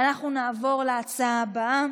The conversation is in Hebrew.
ואנחנו נעבור להצעה הבאה: